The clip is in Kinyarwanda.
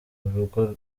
urugo